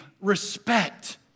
respect